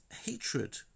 hatred